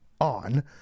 on